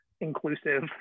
inclusive